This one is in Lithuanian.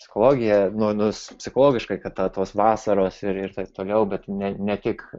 psichologija nu nu psichologiškai kad tos vasaros ir ir taip toliau bet ne ne tik